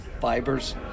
fibers